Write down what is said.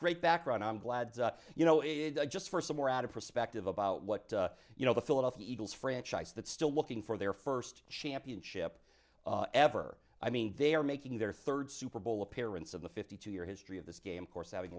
great background i'm glad you know it just for some more out of perspective about what you know the philadelphia eagles franchise that still looking for their first championship ever i mean they are making their third super bowl appearance of the fifty two year history of this game course having